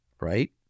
right